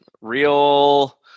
real